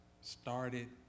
started